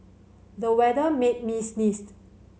the weather made me sneeze